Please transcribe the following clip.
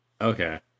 Okay